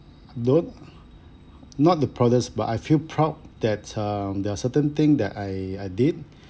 not not the proudest but I feel proud that um there are certain thing that I I did